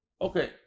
Okay